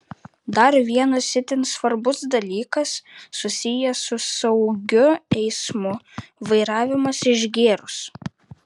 dar vienas itin svarbus dalykas susijęs su saugiu eismu vairavimas išgėrus